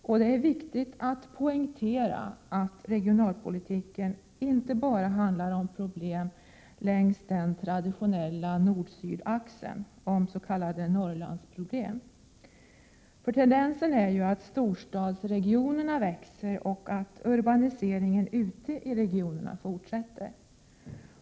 Och det är viktigt att poängtera att regionalpolitik inte bara handlar om problem längs den traditionella nord-syd-axeln, oms.k. Norrlandsproblem. Tendensen är ju den att storstadsregionerna växer och att urbaniseringen uti regionerna fortsätter.